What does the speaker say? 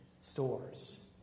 stores